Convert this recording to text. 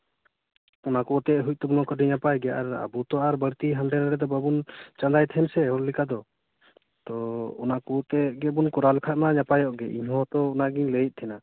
ᱚᱱᱟᱠᱚᱛᱮ ᱦᱩᱭᱩᱜ ᱛᱟᱵᱚᱱ ᱠᱷᱟᱱ ᱟᱹᱰᱤ ᱱᱟᱯᱟᱭ ᱜᱮ ᱟᱨ ᱟᱵᱚ ᱛᱚ ᱵᱟᱹᱲᱛᱤ ᱦᱟᱸᱰᱮ ᱱᱟᱸᱰᱮ ᱫᱚ ᱵᱟᱹᱲᱛᱤ ᱵᱟᱵᱚᱱ ᱪᱟᱸᱫᱟᱭ ᱛᱟᱦᱮᱱ ᱥᱮ ᱦᱚᱲ ᱞᱮᱠᱟ ᱫᱚ ᱛᱚ ᱚᱱᱟᱠᱚ ᱟᱛᱮ ᱜᱮᱵᱚᱱ ᱠᱚᱨᱟᱣ ᱞᱮᱠᱷᱟᱱ ᱱᱟᱯᱟᱭᱚᱜ ᱜᱮ ᱤᱧ ᱦᱚᱸ ᱛᱚ ᱚᱱᱟᱜᱤᱧ ᱞᱟᱹᱭᱮᱫ ᱛᱟᱦᱮᱱᱟ